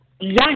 Yes